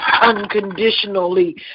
unconditionally